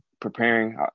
preparing